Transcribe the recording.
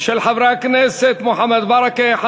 של חברי הכנסת מוחמד ברכה,